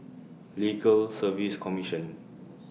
Legal Service Commission